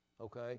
Okay